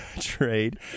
trade